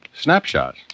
Snapshot